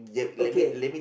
okay